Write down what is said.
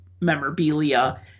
memorabilia